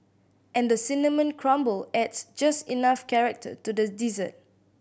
and the cinnamon crumble adds just enough character to the dessert